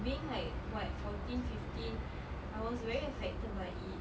being like what fourteen fifteen I was very affected by it